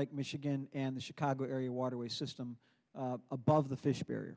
lake michigan and the chicago area waterway system above the fish barrier